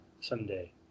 someday